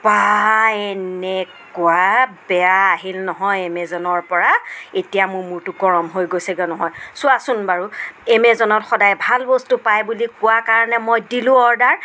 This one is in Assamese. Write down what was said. পায় এনেকুৱা বেয়া আহিল নহয় এমেজনৰ পৰা এতিয়া মোৰ মূৰটো গৰম হৈ গৈছেগৈ নহয় চোৱাচোন বাৰু এমেজনত সদায় ভাল বস্তু পায় বুলি কোৱাৰ কাৰণে মই দিলোঁ অৰ্ডাৰ